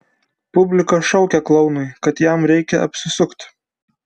publika šaukė klounui kad jam reikia apsisukti